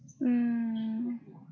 mm